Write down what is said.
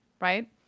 right